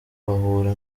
bahura